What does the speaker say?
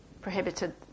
prohibited